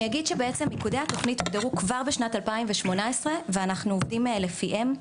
אני אגיד שמיקודי התוכנית הוגדרו כבר בשנת 2018 ואנחנו עובדים לפיהם,